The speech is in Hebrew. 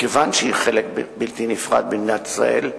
מכיוון שהיא חלק בלתי נפרד ממדינת ישראל,